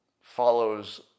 follows